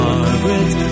Margaret